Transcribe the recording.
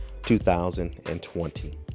2020